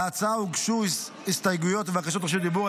להצעה הוגשו הסתייגויות ובקשות רשות דיבור.